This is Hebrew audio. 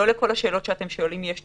לא לכל השאלות שאתם שואלים יש תשובה,